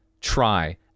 try